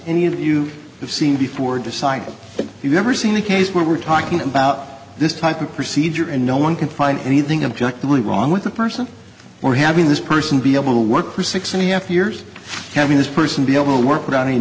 of you have seen before deciding that you've never seen a case where we're talking about this type of procedure and no one can find anything object really wrong with the person or having this person be able to work for six and a half years having this person be able to work without any